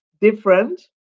different